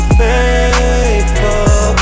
faithful